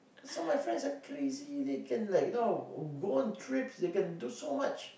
so my friends are crazy they can like you know go on trips they can do so much